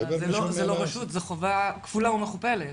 אבל זאת לא רשות, זאת חובה כפולה ומכופלת.